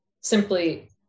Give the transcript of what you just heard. simply